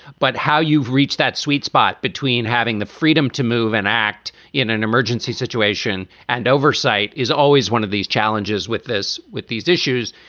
but how you've reached that sweet spot between having the freedom to move and act in an emergency situation and oversight is always one of these challenges with this with these issues.